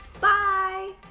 Bye